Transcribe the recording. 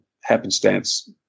happenstance